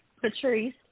Patrice